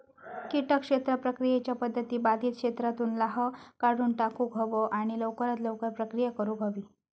किटक क्षेत्र प्रक्रियेच्या पध्दती बाधित क्षेत्रातुन लाह काढुन टाकुक हवो आणि लवकरात लवकर प्रक्रिया करुक हवी